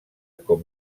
com